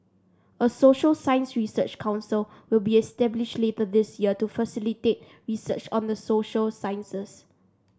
a social science research council will be established later this year to facilitate research on the social sciences